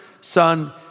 Son